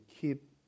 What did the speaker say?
keep